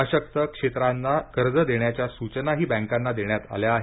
अशक्त क्षेत्रांना कर्ज देण्याच्या सूचनाही बँकांना देण्यात आल्या आहेत